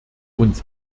uns